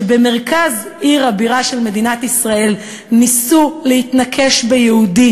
שבמרכז עיר הבירה של מדינת ישראל ניסו להתנקש ביהודי